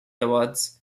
awards